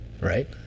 Right